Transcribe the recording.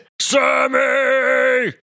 Sammy